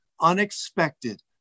unexpected